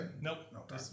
Nope